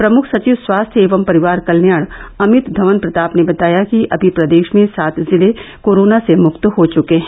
प्रमुख सचिव स्वास्थ्य एवं परिवार कल्याण अमित धवन प्रताप ने बताया कि अभी प्रदेश में सात जिले कोरोना से मुक्त हो चुके हैं